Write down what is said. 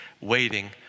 waiting